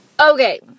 Okay